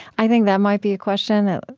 i think that might be a question that,